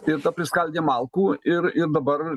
ir ta priskaldė malkų ir ir dabar